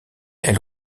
elle